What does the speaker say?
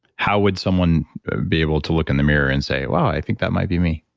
how would someone be able to look in the mirror and say, wow, i think that might be me.